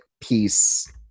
piece